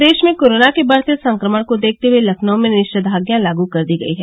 प्रदेश में कोरोना के बढते संक्रमण को देखते हए लखनऊ में निषेघाज्ञा लागू कर दी गई है